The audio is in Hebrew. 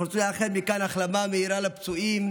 אנחנו רוצים לאחל מכאן החלמה מהירה לפצועים